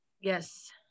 Yes